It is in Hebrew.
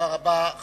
תודה רבה.